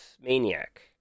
Maniac